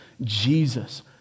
Jesus